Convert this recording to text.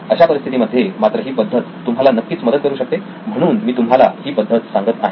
अशा परिस्थिती मध्ये मात्र ही पद्धत तुम्हाला नक्कीच मदत करू शकते म्हणून मी तुम्हाला ही पद्धत सांगत आहे